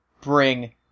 bring